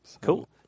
Cool